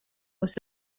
was